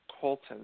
Colton